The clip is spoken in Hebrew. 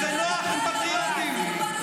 כשזה נוח, הם פטריוטים.